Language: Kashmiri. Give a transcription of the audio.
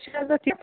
چلو تیٚلہِ